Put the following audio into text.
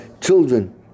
children